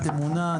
אמונה,